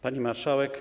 Pani Marszałek!